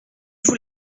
vous